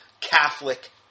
Catholic